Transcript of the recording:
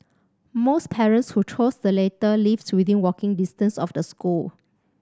most parents who chose the latter lived within walking distance of the school